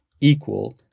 equal